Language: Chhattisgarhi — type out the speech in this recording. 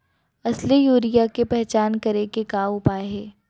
असली यूरिया के पहचान करे के का उपाय हे?